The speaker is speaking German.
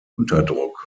unterdruck